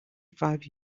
five